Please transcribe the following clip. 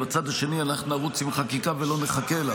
ובצד השני אנחנו נרוץ עם חקיקה ולא נחכה לה.